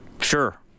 Sure